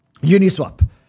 Uniswap